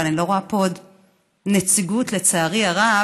אבל אני לא רואה פה עוד נציגות, לצערי הרב.